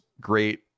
great